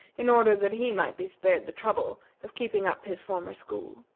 in order that he might be spared the trouble of keeping up his former school.